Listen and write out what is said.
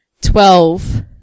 Twelve